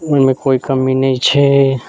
ओइमे कोइ कमी नहि छै